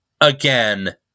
again